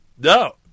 No